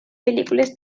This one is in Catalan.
pel·lícules